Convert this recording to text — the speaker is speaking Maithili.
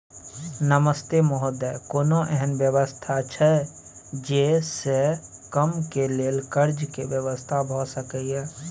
नमस्ते महोदय, कोनो एहन व्यवस्था छै जे से कम के लेल कर्ज के व्यवस्था भ सके ये?